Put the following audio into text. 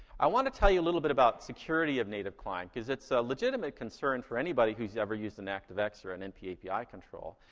i want to tell you a little bit about security of native client, cause it's a legitimate concern for anybody who's ever used an activex or an npapi control.